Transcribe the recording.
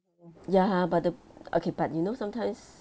ya but the okay but you know sometimes